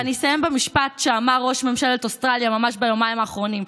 ואני אסיים במשפט שאמר ראש ממשלת אוסטרליה ממש ביומיים האחרונים.